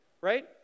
right